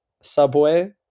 subway